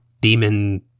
demon